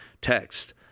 text